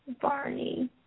Barney